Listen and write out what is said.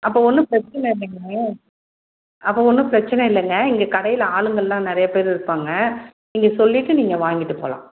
அப்போ ஒன்றும் பிரச்சனை இல்லிங்க அப்போ ஒன்றும் பிரச்சனை இல்லைங்க இங்கே கடையில் ஆளுங்கெல்லாம் நிறையப்பேர் இருப்பாங்க நீங்கள் சொல்லிட்டு நீங்கள் வாங்கிட்டு போகலாம்